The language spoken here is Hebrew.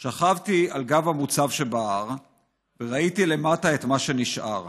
// שכבתי על גב המוצב שבהר / וראיתי למטה את מה שנשאר